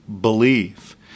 believe